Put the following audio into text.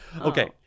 Okay